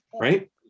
right